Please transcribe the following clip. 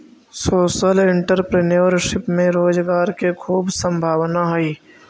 social entrepreneurship में रोजगार के खूब संभावना हई